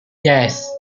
yes